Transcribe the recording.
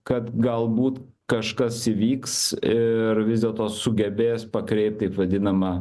kad galbūt kažkas įvyks ir vis dėlto sugebės pakreipt taip vadinamą